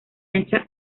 ancha